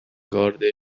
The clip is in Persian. گارد